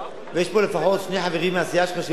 ויש פה לפחות שני חברים מהסיעה שלך שהיו שרי פנים,